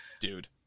Dude